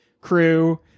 crew